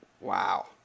wow